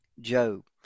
Job